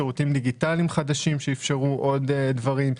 שירותים דיגיטליים חדשים שאפשרו עוד דברים.